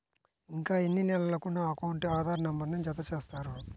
ఇంకా ఎన్ని నెలలక నా అకౌంట్కు ఆధార్ నంబర్ను జత చేస్తారు?